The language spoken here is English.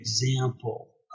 example